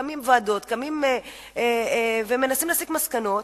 קמות ועדות ומנסים להסיק מסקנות,